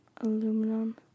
aluminum